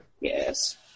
Yes